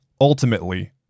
Ultimately